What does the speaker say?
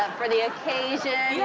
um for the occasion.